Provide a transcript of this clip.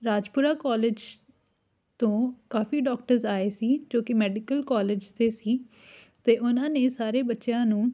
Rajpura college ਤੋਂ ਕਾਫੀ doctors ਆਏ ਸੀ ਜੋ ਕਿ ਮੈਡੀਕਲ ਕੋਲਜ ਦੇ ਸੀ ਅਤੇ ਉਹਨਾਂ ਨੇ ਸਾਰੇ ਬੱਚਿਆਂ ਨੂੰ